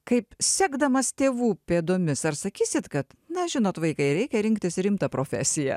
kaip sekdamas tėvų pėdomis ar sakysit kad na žinot vaikai reikia rinktis rimtą profesiją